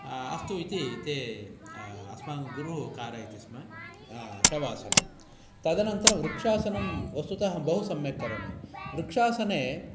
अस्तु इति ते अस्मान् गुरुः कारयति स्म शवासनं तदनन्तरं वृक्षासनं वस्तुतः बहु सम्यक् करोमि वृक्षासने